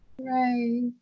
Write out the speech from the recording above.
Right